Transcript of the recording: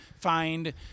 find